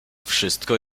wszystko